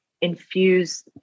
infuse